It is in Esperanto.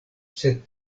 sed